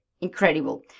incredible